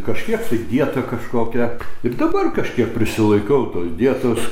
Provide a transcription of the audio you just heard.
kažkiek tai dieta kažkokia ir dabar kažkiek prisilaikau tos dietos